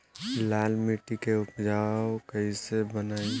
लाल मिट्टी के उपजाऊ कैसे बनाई?